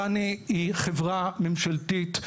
חנ"י היא חברה ממשלתית,